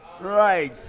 right